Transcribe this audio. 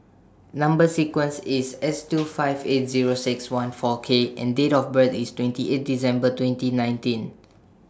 Number sequence IS S two five eight Zero six one four K and Date of birth IS twenty eight December twenty nineteen